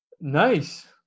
Nice